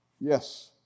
Yes